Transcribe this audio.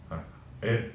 uh and then